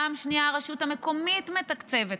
ופעם שנייה הרשות המקומית מתקצבת אותה,